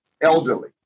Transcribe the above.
elderly